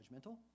judgmental